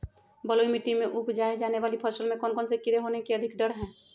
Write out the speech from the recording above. बलुई मिट्टी में उपजाय जाने वाली फसल में कौन कौन से कीड़े होने के अधिक डर हैं?